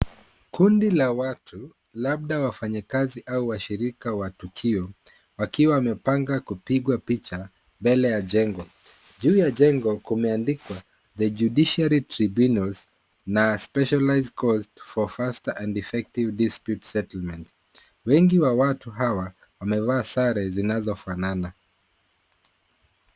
Kundi la watu, labda wafanyikazi au washirika wa tukio, wakiwa wamepanga kupigwa picha mbele ya jengo. Juu ya jengo, kumeandikwa The Judiciary Tribunals na Specialized court for faster and effective settlement . Wengi wa watu hawa, wamevaa sare zinazofanana .